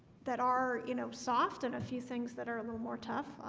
that are you know soft and a few things that are a little more tough,